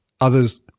others